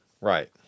Right